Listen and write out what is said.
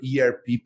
ERP